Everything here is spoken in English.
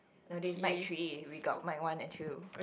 no this is mic three we got mic one and two